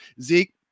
Zeke